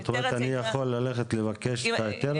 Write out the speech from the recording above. אני יכול ללכת לבקש את ההיתר הזה?